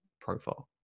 profile